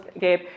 Gabe